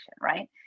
right